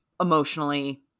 emotionally